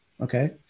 Okay